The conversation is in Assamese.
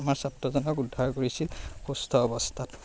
আমাৰ ছাত্ৰজনক উদ্ধাৰ কৰিছিল সুস্থ অৱস্থাত